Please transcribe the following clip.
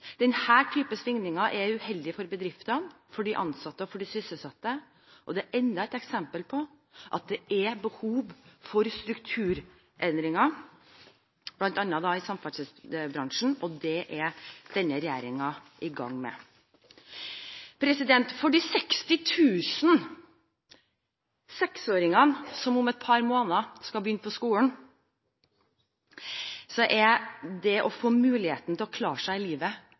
type svingninger er uheldig for bedriftene, for de ansatte og for de sysselsatte. Det er enda et eksempel på at det er behov for strukturendringer bl.a. i samferdselsbransjen, og det er denne regjeringen i gang med. For de 60 000 6-åringene som om et par måneder skal begynne på skolen, er det å få muligheten til å klare seg i livet